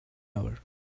hour